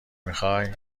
میخوای